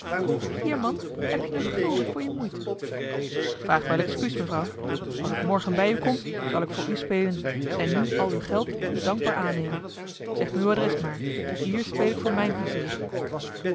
hier man heb je een gulden voor je moeite vraag wel excuus mevrouw als ik morgen bij u kom zal ik voor eli heimans willem roda u spelen en nu al uw geld dankbaar aannemen zeg me uw adres maar hier speel ik voor mijn plezier